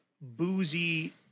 boozy